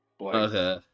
Okay